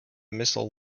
missile